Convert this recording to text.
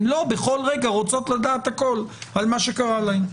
הן לא בכל רגע רוצות לדעת הכול על מה שקרה להן.